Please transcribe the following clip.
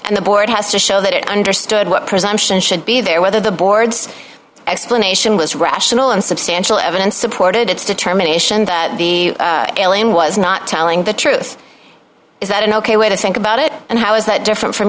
and the board has to show that it understood what presumption should be there whether the board's explanation was rational and substantial evidence supported its determination that the alien was not telling the truth is that an ok way to think about it and how is that different from